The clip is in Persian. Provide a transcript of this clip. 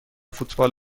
فوتبال